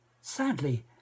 Sadly